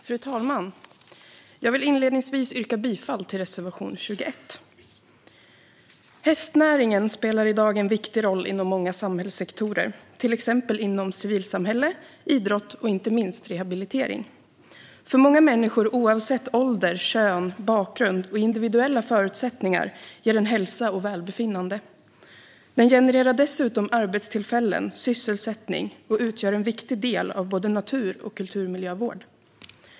Fru talman! Jag vill inledningsvis yrka bifall till reservation 21. Hästnäringen spelar i dag en viktig roll inom många samhällssektorer, till exempel inom civilsamhälle, idrott och inte minst rehabilitering. För många människor, oavsett ålder, kön, bakgrund och individuella förutsättningar, ger den hälsa och välbefinnande. Den genererar dessutom arbetstillfällen, sysselsättning, och utgör en viktig del av både natur och kulturmiljövård.